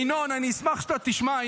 ינון אזולאי, אני אשמח שאתה תשמע.